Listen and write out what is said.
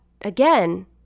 again